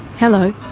hello,